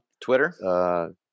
Twitter